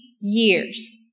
years